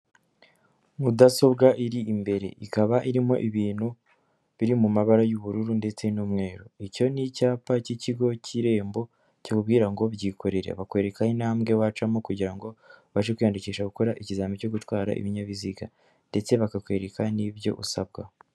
Mudasobwa iri imbere, ikaba irimo ibintu biri mu mabara y'ubururu ndetse n'umweru. Icyo ni icyapa k'ikigo k'irembo kikubwira ngo byikorere, bakwereka intambwe wacamo kugira ngo ubashe kwiyandikisha gukora ikizami cyo gutwara ibinyabiziga ndetse bakakwereka n'ibyo usabwa.